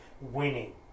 winning